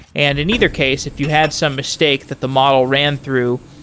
and in either case, if you had some mistake that the model ran through,